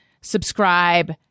Subscribe